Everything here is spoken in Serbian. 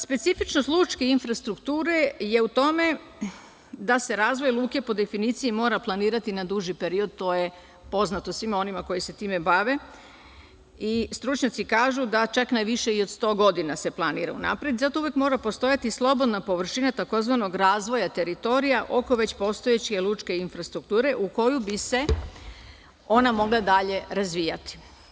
Specifičnost lučke infrastrukture je u tome da se razvoj luke po definiciji mora planirati na duži period, to je poznato svima onima koji se time bave i stručnjaci kažu da čak najviše i od 100 godina se planira unapred, zato uvek mora postojati slobodna površina tzv. razvoja teritorija oko većih postojeće lučke infrastrukture u koju bi se ona mogla dalje razvijati.